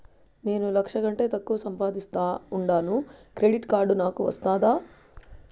నేను లక్ష కంటే తక్కువ సంపాదిస్తా ఉండాను క్రెడిట్ కార్డు నాకు వస్తాదా